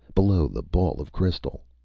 below the ball of crystal.